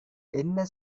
என்ன